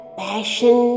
passion